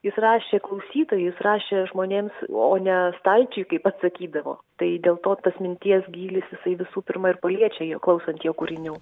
jis rašė klausytojui jis rašė žmonėms o ne stalčiui kaip pats sakydavo tai dėl to tas minties gylis jisai visų pirma ir paliečia jo klausant jo kūrinių